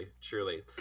truly